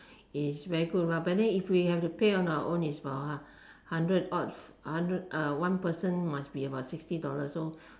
is very good lah but then if we have to pay on our own it's about a hundred odd hundred uh one person must be about sixty dollars so